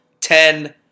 ten